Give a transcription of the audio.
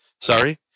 sorry